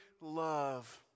love